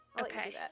Okay